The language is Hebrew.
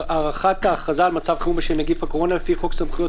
הארכת הכרזה על מצב חירום בשל נגיף הקורונה לפי חוק סמכויות